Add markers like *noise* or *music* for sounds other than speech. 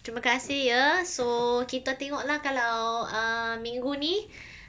terima kasih ya so kita tengok lah kalau err minggu ni *breath*